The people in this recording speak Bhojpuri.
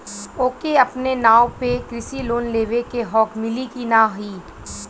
ओके अपने नाव पे कृषि लोन लेवे के हव मिली की ना ही?